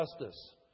justice